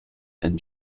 and